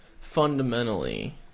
fundamentally